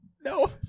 No